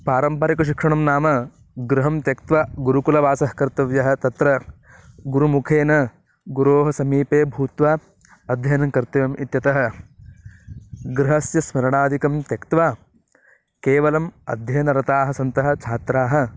पारम्परिकशिक्षणं नाम गृहं त्यक्त्वा गुरुकुल वासः कर्तव्यः तत्र गुरुमुखेन गुरोः समीपे भूत्वा अध्ययनं कर्तव्यम् इत्यतः गृहस्य स्मरणादिकं त्यक्त्वा केवलम् अध्ययनरताः सन्तः छात्राः